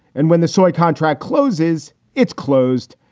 and when the sois contract closes, its closed.